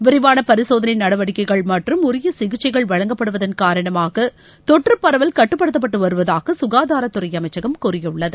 விரிவான பரிசோதனை நடவடிக்கைகள் மற்றும் உரிய சிகிச்சைகள் வழங்கப்படுவதன் காரணமாக தொற்றுப் பரவல் கட்டுப்படுத்தப்பட்டு வருவதாக சுகாதாரத்துறை அமைச்சகம் கூறியுள்ளது